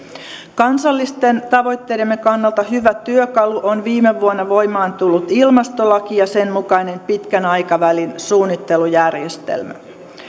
kansallisten tavoitteidemme kannalta hyvä työkalu on viime vuonna voimaan tullut ilmastolaki ja sen mukainen pitkän aikavälin suunnittelujärjestelmä